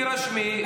תירשמי,